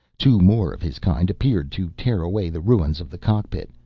two more of his kind appeared to tear away the ruins of the cockpit.